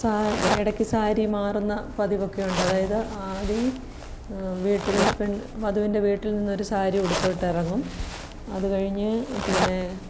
ഇടയ്ക്ക് സാരി മാറുന്ന പതിവൊക്കെയുണ്ട് അതായത് ആദി വീട്ടിൽ പെണ്ണ് വധുവിൻ്റെ വീട്ടിൽ നിന്നൊരു സാരി ഉടുത്തിട്ടിറങ്ങും അതുകഴിഞ്ഞ് പിന്നെ